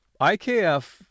ikf